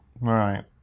Right